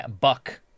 buck